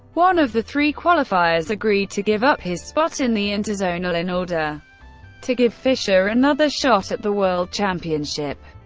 one of the three qualifiers, agreed to give up his spot in the interzonal in order to give fischer another shot at the world championship.